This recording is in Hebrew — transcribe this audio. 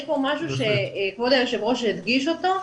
יש פה משהו שכבוד היו"ר הדגיש אותו,